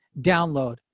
download